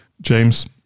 James